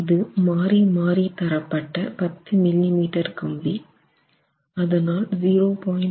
இது மாறி மாறி தரப்பட்ட 10 மில்லி மீட்டர் கம்பி அதனால் 0